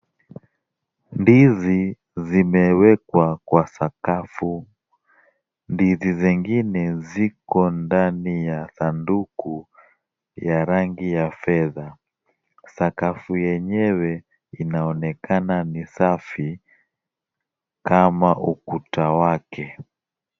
Ndizi zimewekwa kwa sakafu. Ndizi zingine ziko ndani ya sanduku ya rangi ya fedha. Sakafu yenyewe inaonekana ni safi kama ukuta wake.